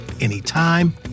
anytime